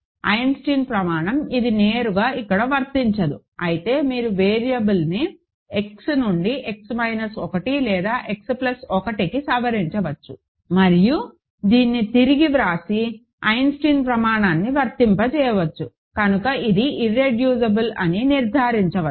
Eisenstein ప్రమాణం ఇది నేరుగా ఇక్కడ వర్తించదు అయితే మీరు వేరియబుల్ని X నుండి X మైనస్ 1 లేదా X ప్లస్ 1కి సవరించవచ్చు మరియు దీన్ని తిరిగి వ్రాసి ఐసెన్స్టీన్ ప్రమాణాన్ని వర్తింపజేయవచ్చు కనుక ఇది ఇర్రెడ్యూసిబుల్ అని నిర్ధారించవచ్చు